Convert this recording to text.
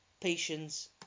patience